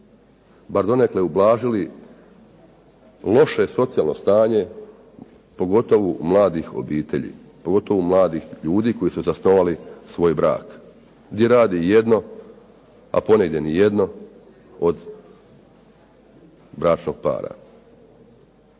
bar donekle ublažili loše socijalno stanje pogotovo u mladih obitelji. Pogotovo u mladih ljudi koji su zasnovali svoj brak. Gdje radi jedno, a ponegdje ni jedno od bračnog para.